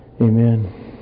Amen